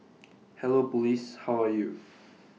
hello Police how are you